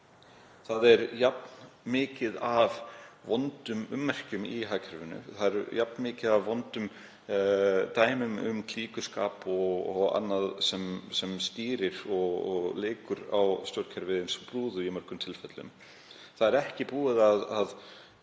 Það er jafn mikið af vondum ummerkjum í hagkerfinu. Það er jafn mikið af vondum dæmum um klíkuskap og annað sem leikur á stjórnkerfið í mörgum tilfellum. Hér er ekki búið að